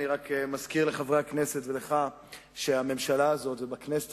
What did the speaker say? אני רק מזכיר לחברי הכנסת ולך שלממשלה הזאת בכנסת